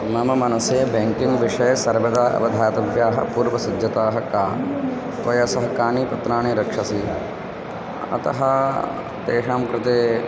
मम मनसि बेङ्किङ्ग्विषये सर्वदा अवधातव्याः पूर्वसिद्धताः का तया सह कानि पत्राणि रक्षसि अतः तेषां कृते